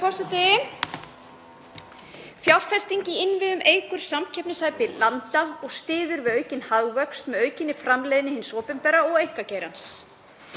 Fjárfesting í innviðum eykur samkeppnishæfni landa og styður við aukinn hagvöxt með aukinni framleiðni hins opinbera og einkageirans.